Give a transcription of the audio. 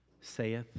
saith